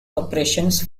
operations